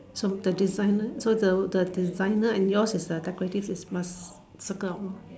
some the designer so the the designer and yours the decorative is must circle